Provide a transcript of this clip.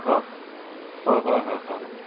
অঁ অঁ হয় হয় হয় হয়